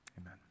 Amen